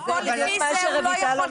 אבל לפי זה הוא לא יכול,